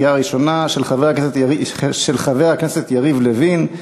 של חבר הכנסת יריב לוין,